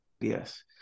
yes